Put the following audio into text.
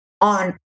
on